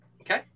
Okay